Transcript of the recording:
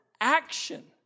action